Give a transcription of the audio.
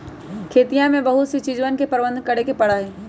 खेतिया में बहुत सी चीजवन के प्रबंधन करे पड़ा हई